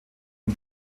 und